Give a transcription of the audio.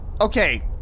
Okay